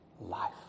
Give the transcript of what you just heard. life